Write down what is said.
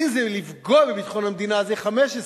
אם זה, לפגוע בביטחון המדינה, זה 15,